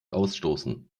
ausstoßen